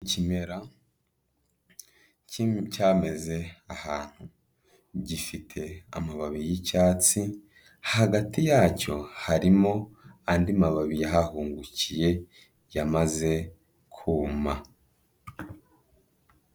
Ikimera cyameze ahantu, gifite amababi y'icyatsi, hagati yacyo harimo andi mababi yahahungukiye yamaze kuma.